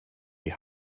die